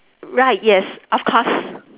right yes of course